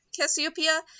Cassiopeia